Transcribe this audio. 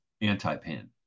anti-Pan